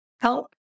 help